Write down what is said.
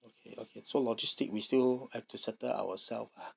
okay okay so logistic we still have to settle ourselves lah